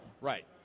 Right